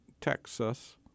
Texas